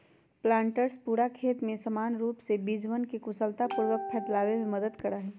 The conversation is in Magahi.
प्लांटर्स पूरा खेत में समान रूप से बीजवन के कुशलतापूर्वक फैलावे में मदद करा हई